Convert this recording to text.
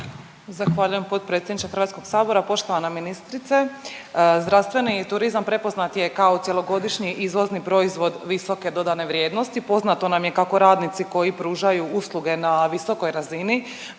Zahvaljujem potpredsjedniče Hrvatskog sabora. Poštovana ministrice, zdravstveni turizam prepoznat je kao cjelogodišnji izvozni proizvod visoke dodane vrijednosti, poznato nam je kako radnici koji pružaju usluge na visokoj razini